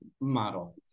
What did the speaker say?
model